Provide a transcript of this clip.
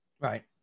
right